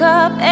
up